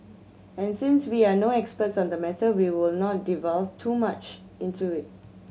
and since we are no experts on the matter we will not delve too much into it